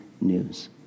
news